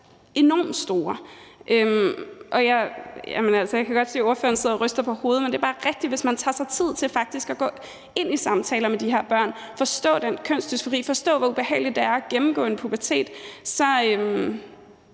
her børn. Jeg kan godt se, at spørgeren sidder og ryster på hovedet, men det er bare rigtigt. Hvis man tager sig tid til faktisk at gå ind i samtaler med de her børn, forstå den kønsdysfori og forstå, hvor ubehageligt det er for dem at gennemgå en pubertet, så